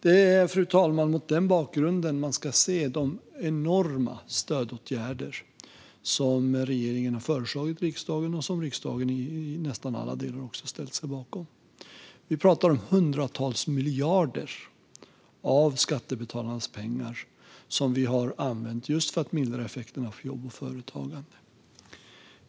Det är, fru talman, mot denna bakgrund man ska se de enorma stödåtgärder som regeringen har föreslagit för riksdagen och som riksdagen i nästan alla delar har ställt sig bakom. Vi talar om hundratals miljarder av skattebetalarnas pengar, som vi har använt just för att mildra effekterna för jobb och företagande.